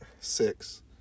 six